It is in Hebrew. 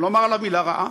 אני לא אומר עליו מילה רעה,